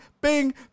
bing